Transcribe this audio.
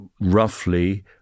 roughly